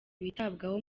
bitabwaho